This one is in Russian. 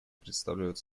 представляют